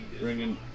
bringing